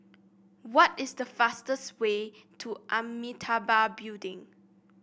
what is the fastest way to Amitabha Building